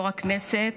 יו"ר הכנסת,